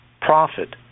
profit